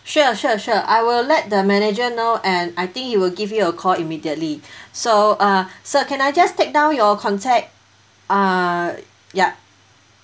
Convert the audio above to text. sure sure sure I will let the manager know and I think he will give you a call immediately so uh sir can I just take down your contact uh yup